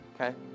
Okay